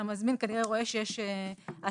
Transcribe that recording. המזמין כנראה רואה שיש העסקה,